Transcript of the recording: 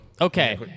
okay